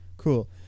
cool